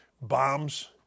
Bombs